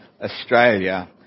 Australia